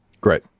great